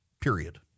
period